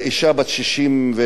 אשה בת 62,